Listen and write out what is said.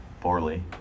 poorly